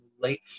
late